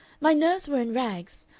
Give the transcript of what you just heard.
my nerves were in rags.